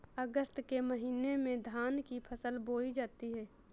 अगस्त के महीने में धान की फसल बोई जाती हैं